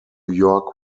york